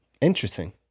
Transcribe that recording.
Interesting